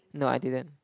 no I didn't